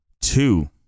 Two